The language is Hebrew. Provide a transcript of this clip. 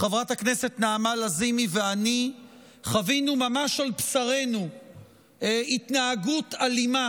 חברת הכנסת נעמה לזימי ואני חווינו ממש על בשרנו התנהגות אלימה